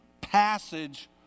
passage